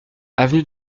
avenue